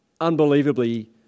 unbelievably